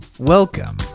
Welcome